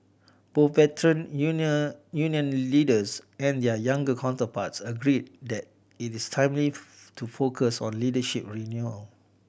both Veteran Union union leaders and their younger counterparts agreed that it is timely to focus on leadership renewal